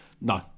no